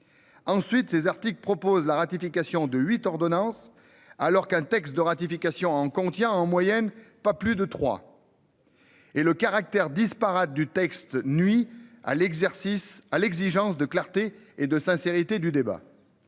Ensuite les articles propose la ratification de huit ordonnance alors qu'un texte de ratification en contient en moyenne pas plus de trois.-- Et le caractère disparate du texte nui à l'exercice à l'exigence de clarté et de sincérité du débat.